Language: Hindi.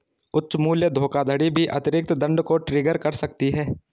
उच्च मूल्य धोखाधड़ी भी अतिरिक्त दंड को ट्रिगर कर सकती है